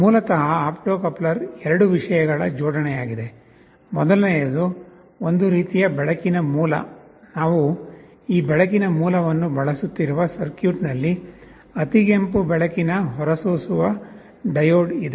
ಮೂಲತಃ opto coupler ಎರಡು ವಿಷಯಗಳ ಜೋಡಣೆಯಾಗಿದೆ ಮೊದಲನೆಯದು ಒಂದು ರೀತಿಯ ಬೆಳಕಿನ ಮೂಲ ನಾವು ಈ ಬೆಳಕಿನ ಮೂಲವನ್ನು ಬಳಸುತ್ತಿರುವ ಸರ್ಕ್ಯೂಟ್ನಲ್ಲಿ ಇನ್ಫ್ರಾ ರೆಡ್ ಬೆಳಕಿನ ಹೊರಸೂಸುವ ಡಯೋಡ್ ಇದೆ